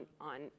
on